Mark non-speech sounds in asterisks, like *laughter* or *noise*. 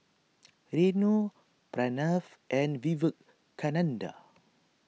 *noise* Renu Pranav and Vivekananda